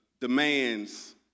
demands